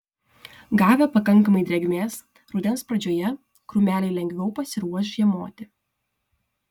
gavę pakankamai drėgmės rudens pradžioje krūmeliai lengviau pasiruoš žiemoti